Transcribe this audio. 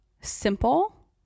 simple